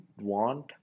want